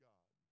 God